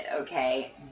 okay